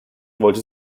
wollte